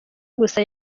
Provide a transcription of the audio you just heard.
gusa